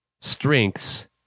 strengths